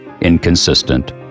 inconsistent